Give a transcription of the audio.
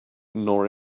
nor